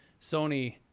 Sony